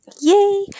Yay